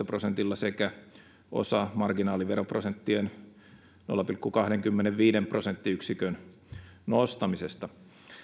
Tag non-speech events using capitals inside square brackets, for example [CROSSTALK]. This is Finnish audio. [UNINTELLIGIBLE] prosentilla sekä osa marginaaliveroprosenttien nolla pilkku kahdenkymmenenviiden prosenttiyksikön nostamisesta